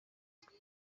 twe